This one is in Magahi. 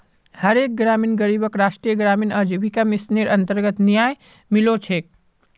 हर एक ग्रामीण गरीबक राष्ट्रीय ग्रामीण आजीविका मिशनेर अन्तर्गत न्याय मिलो छेक